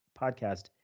Podcast